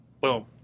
boom